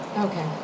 Okay